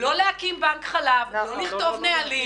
לא להקים בנק חלב, לא לכתוב נהלים.